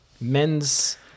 Men's